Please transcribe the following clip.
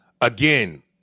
again